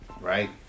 Right